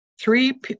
Three